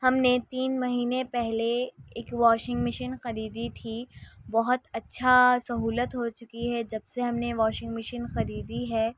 ہم نے تین مہینے پہلے ایک واشنگ مشین خریدی تھی بہت اچھا سہولت ہو چکی ہے جب سے ہم نے واشنگ مشین خریدی ہے